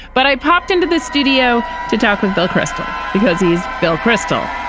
but i popped into the studio to talk with bill kristol because he's bill kristol.